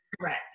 Right